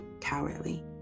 cowardly